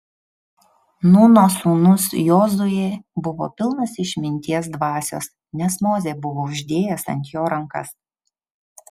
nūno sūnus jozuė buvo pilnas išminties dvasios nes mozė buvo uždėjęs ant jo rankas